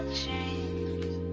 dreams